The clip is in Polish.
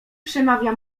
przemawia